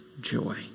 joy